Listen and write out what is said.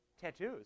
Tattoos